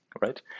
right